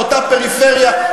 לאותה פריפריה,